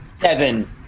Seven